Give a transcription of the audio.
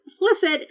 Listen